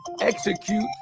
execute